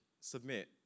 submit